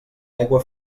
aigua